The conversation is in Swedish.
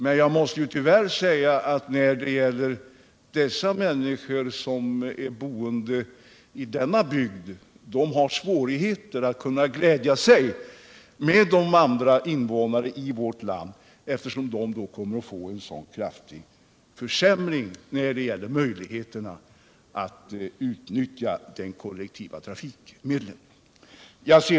Men jag måste tyvärr säga att det är svårt för de människor som bor i den bygd som jag talar om att glädja sig med dessa trafikanter, eftersom de kommer att få så kraftigt försämrade möjligheter att utnyttja de kollektiva trafikmedlen.